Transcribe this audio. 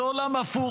זה עולם הפוך.